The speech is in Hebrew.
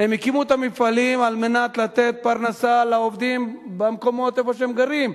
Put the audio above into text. הקימו את המפעלים על מנת לתת פרנסה לעובדים במקומות שהם גרים.